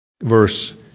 verse